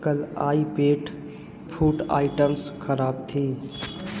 कल आई pet food items ख़राब थी